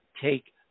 take